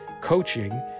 coaching